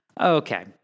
Okay